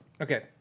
Okay